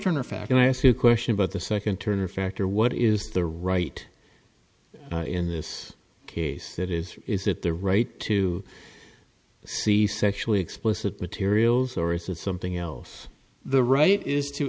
turner fact i ask you a question about the second turner factor what is the right in this case that is is it the right too see sexually explicit materials or is it something else the right